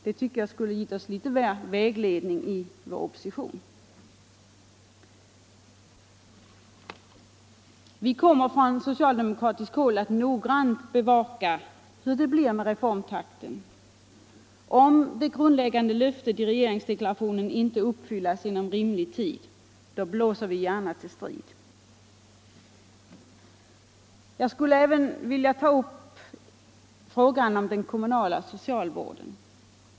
Det skulle ha gett oss litet vägledning i vår opposition. Vi kommer från socialdemokratiskt håll att noggrant bevaka hur reformtakten blir. Om det grundläggande löftet i regeringsdeklarationen inte uppfylls inom rimlig tid blåser vi gärna till strid. Jag skulle även vilja ta upp frågan om den kommunala socialvården.